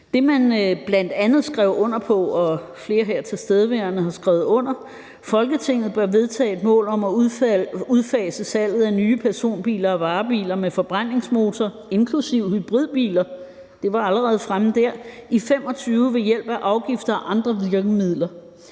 Det, man bl.a. skrev under på, og som flere af de her tilstedeværende har skrevet under på, var: Folketinget bør vedtage et mål om at udfase salget af nye personbiler og varebiler med forbrændingsmotor, inklusive hybridbiler – det var allerede fremme dér – i 2025 ved hjælp af afgifter og andre virkemidler.